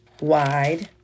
wide